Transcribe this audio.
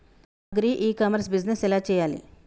Agri e commerce business ఎలా చెయ్యాలి?